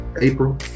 April